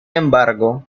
embargo